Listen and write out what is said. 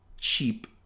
cheap